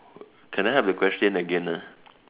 can I have the question again ah